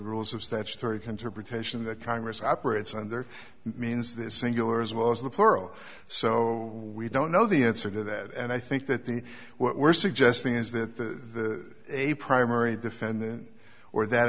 rules of statutory control pretension that congress operates under means this singular as well as the plural so we don't know the answer to that and i think that the what we're suggesting is that the a primary defendant or that